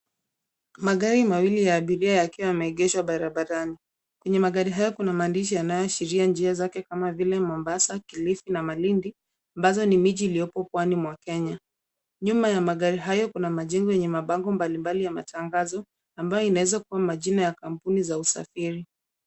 Magari mawili ya abiria yakiwa yameegeshwa barabarani. Kwenye magari hayo kuna maandishi yanayoashiria njia zake kama vile, Mombasa, Kilifi, na Malindi, ambazo ni miji iliyopo pwani mwa Kenya. Nyuma ya magari hayo kuna majengo yenye mabango mbali mbali ya matangazo, ambayo inaweza kua majina ya kampuni za usafiri.